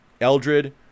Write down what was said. Eldred